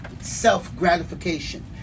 Self-gratification